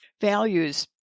values